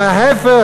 אלא להפך,